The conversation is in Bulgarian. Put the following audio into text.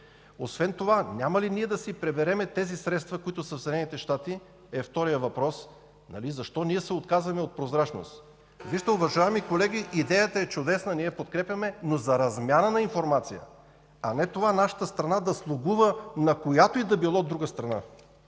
Освен това, няма ли ние да си приберем онези средства? И втори въпрос – защо ние се отказваме от прозрачност? Уважаеми колеги, идеята е чудесна, ние я подкрепяме, но за размяна на информация, а не нашата страна да слугува на която и да е било друга страна.